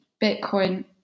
bitcoin